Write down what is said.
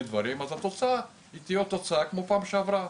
דברים אז התוצאה תהיה אותה תוצאה כמו פעם שעברה.